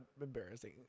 embarrassing